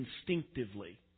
instinctively